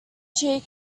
cheek